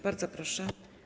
Bardzo proszę.